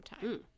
time